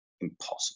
impossible